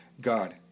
God